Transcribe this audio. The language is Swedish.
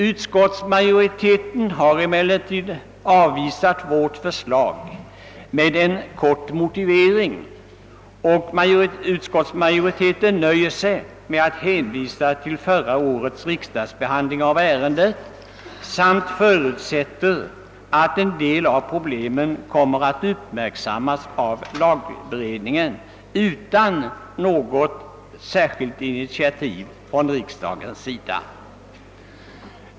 Utskottsmajoriteten har emellertid avvisat vårt förslag med en kortfattad motivering genom att nöja sig med att hänvisa till förra årets riksdagsbehandling av ärendet då utskottet förutsatte att en del av problemen skulle komma att uppmärksammas av grundlagberedningen utan något särskilt initiativ från riksdagens sida.